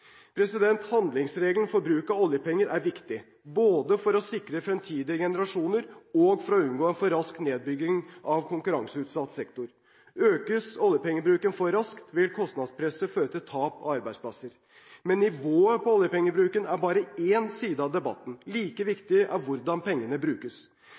Handlingsregelen for bruk av oljepenger er viktig, både for å sikre fremtidige generasjoner og for å unngå for rask nedbygging av konkurranseutsatt sektor. Økes oljepengebruken for raskt, vil kostnadspresset føre til tap av arbeidsplasser. Men nivået på oljepengebruken er bare én side av debatten. Like viktig er hvordan pengene brukes.